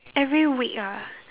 every week ah